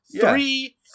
three